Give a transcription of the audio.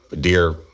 dear